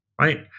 right